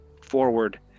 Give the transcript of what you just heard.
forward